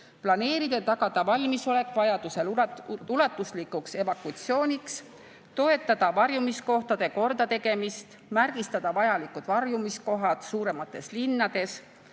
planeerida ja tagada valmisolek vajadusel ulatuslikuks evakuatsiooniks; toetada varjumiskohtade kordategemist; märgistada vajalikud varjumiskohad suuremates linnades;